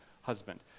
husband